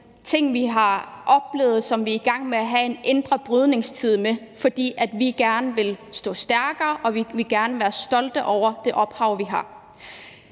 ting, vi har oplevet, som vi er i gang med og har indre brydninger med, fordi vi gerne vil stå stærkere og vi gerne vil være stolte over det ophav, vi har.